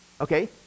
okay